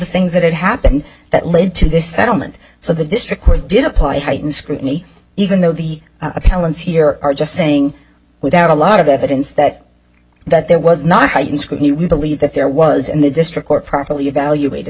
things that happened that led to this settlement so the district court did apply heightened scrutiny even though the appellant's here are just saying without a lot of evidence that that there was not heightened scrutiny we believe that there was in the district court properly evaluated